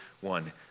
one